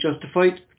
justified